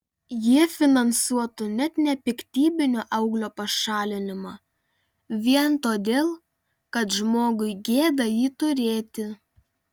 jie finansuotų net nepiktybinio auglio pašalinimą vien todėl kad žmogui gėda jį turėti